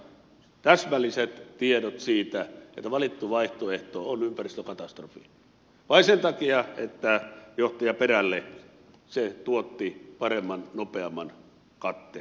oli olemassa täsmälliset tiedot siitä että valittu vaihtoehto on ympäristökatastrofi vain sen takia että johtaja perälle se tuotti paremman nopeamman katteen